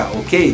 ok